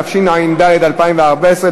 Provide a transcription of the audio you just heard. התשע"ד 2014,